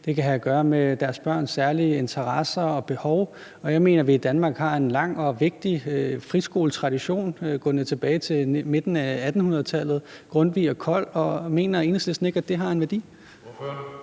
Det kan have at gøre med deres børns særlige interesser og behov. Jeg mener, at vi i Danmark har en lang og vigtig friskoletradition gående tilbage til midten af 1800-tallet med Grundtvig og Kold. Mener Enhedslisten ikke,